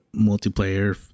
multiplayer